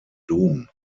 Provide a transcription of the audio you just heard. dom